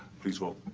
please vote.